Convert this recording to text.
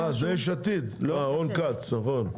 אה זה יש עתיד, רון כץ, נכון.